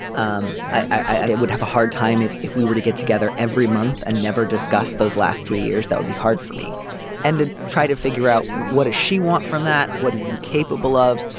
um i would have a hard time if if we were to get together every month and never discuss those last three years that would be hard for me and to try to figure out what does she want from that. what are you capable of.